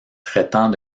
traitant